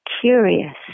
curious